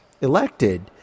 elected